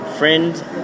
friend